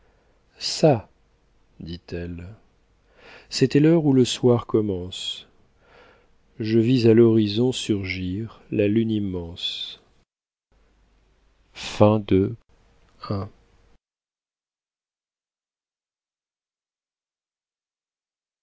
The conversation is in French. ça dit-elle c'était l'heure où le soir commence je vis à l'horizon surgir la lune immense